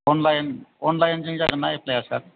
online अनलाइनजों जागोनना एफ्लाइआ सार